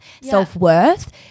self-worth